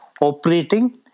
operating